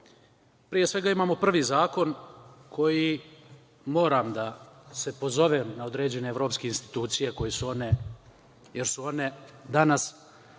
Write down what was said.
svega imamo prvi zakon koji moram da se pozovem na određene evropske institucije jer su one i danas